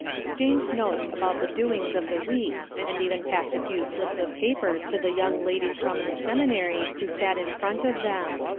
exchanged notes about the doings of the week, and even passed a few slips of paper to the young ladies from the seminary, who sat in front of them.